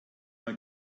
man